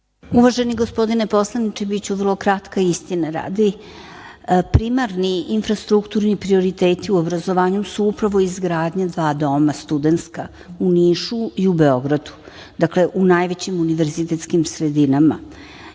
Uvaženi gospodine poslaniče, biću vrlo kratka, istine radi. Primarni infrastrukturni prioriteti u obrazovanju su upravo izgradnja dva doma studentska u Nišu i u Beogradu. Dakle, u najvećim univerzitetskim sredinama. Prosto,